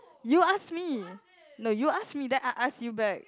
you ask me no you ask me then I ask you back